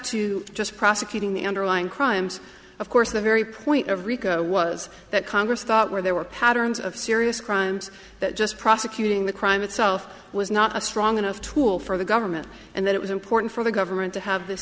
to just prosecuting the underlying crimes of course the very point of rico was that congress thought where they were patterns of serious crimes that just prosecuting the crime itself was not a strong enough tool for the government and that it was important for the government to have this